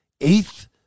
eighth